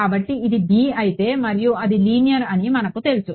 కాబట్టి ఇది b అయితే మరియు అది లీనియర్ అని మనకు తెలుసు